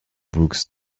books